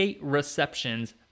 receptions